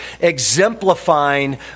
exemplifying